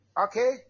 Okay